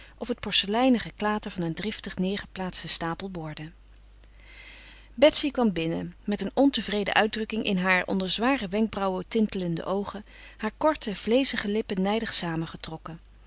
of het porceleinen geklater van een driftig neêrgeplaatsten stapel borden betsy kwam binnen met een ontevreden uitdrukking in haar onder zware wenkbrauwen tintelende oogen haar korte vleezige lippen